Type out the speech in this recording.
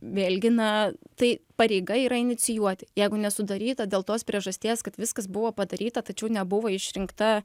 vėlgi na tai pareiga yra inicijuoti jeigu nesudaryta dėl tos priežasties kad viskas buvo padaryta tačiau nebuvo išrinkta